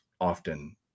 often